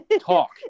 talk